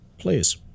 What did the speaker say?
Please